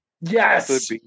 Yes